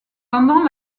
pendant